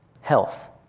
health